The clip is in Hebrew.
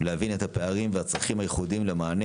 ולהבין את הפערים והצרכים הייחודים למענה